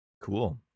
Cool